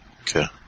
Okay